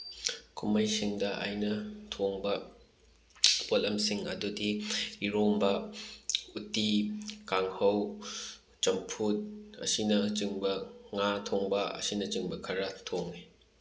ꯀꯨꯝꯍꯩꯁꯤꯡꯗ ꯑꯩꯅ ꯊꯣꯡꯕ ꯄꯣꯠꯂꯝꯁꯤꯡ ꯑꯗꯨꯗꯤ ꯏꯔꯣꯟꯕ ꯎꯠꯇꯤ ꯀꯥꯡꯍꯧ ꯆꯝꯐꯨꯠ ꯑꯁꯤꯅ ꯆꯤꯡꯕ ꯉꯥ ꯊꯣꯡꯕ ꯑꯁꯤꯅ ꯆꯤꯡꯕ ꯈꯔ ꯊꯣꯡꯏ